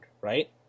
right